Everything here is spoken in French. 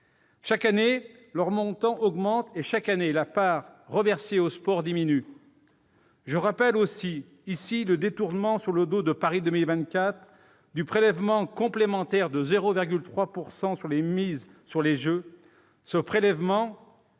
Chaque année, leur montant augmente et, chaque année, la part reversée au sport diminue. Je rappelle aussi le détournement sur le dos de Paris 2024 du prélèvement complémentaire de 0,3 % sur les mises sur les jeux. Ce prélèvement,